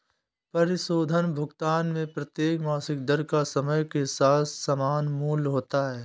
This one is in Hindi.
परिशोधन भुगतान में प्रत्येक मासिक दर का समय के साथ समान मूल्य होता है